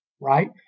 right